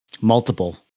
Multiple